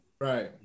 Right